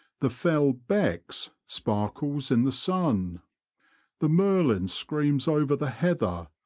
the fell becks sparkles in the sun the merlin screams over the heather,